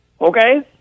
okay